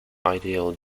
ideal